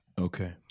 Okay